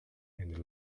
and